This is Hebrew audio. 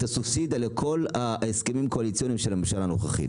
הסובסידיה של כל ההסכמים הקואליציוניים בממשלה הנוכחית.